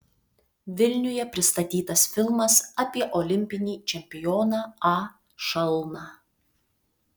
vilniuje pristatytas filmas apie olimpinį čempioną a šalną